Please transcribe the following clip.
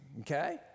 okay